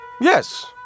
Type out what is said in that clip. yes